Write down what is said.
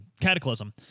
Cataclysm